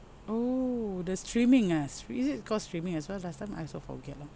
oh the streaming ah str~ is it call streaming as well last time I also forget lor